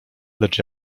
lecz